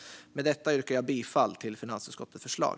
Med detta yrkar jag bifall till finansutskottets förslag.